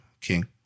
king